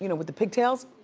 you know with the pigtails?